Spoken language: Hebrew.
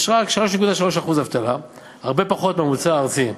יש רק 3.3% אבטלה, הרבה פחות מהממוצע הארצי.